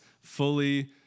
fully